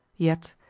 yet,